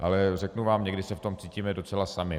Ale řeknu vám, někdy se v tom cítíme docela sami.